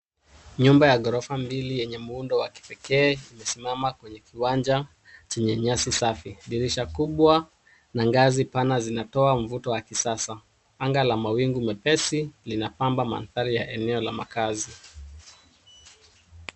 Nyumba ya ghorofa mbili yenye muundo wa kipekee imesimama kwenye kiwanja chenye nyasi safi. Dirisha kubwa na ngazi pana zinatoa mvuto wa kisasa. Anga la mawingu mepesi linapamba mandhari ya eneo la makaazi.